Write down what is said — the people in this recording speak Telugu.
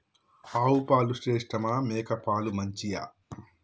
ఆవు పాలు శ్రేష్టమా మేక పాలు మంచియా?